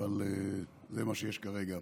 אבל זה מה שיש כרגע.